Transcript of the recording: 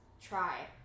try